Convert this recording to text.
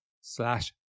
slash